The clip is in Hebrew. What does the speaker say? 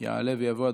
יעלה ויבוא.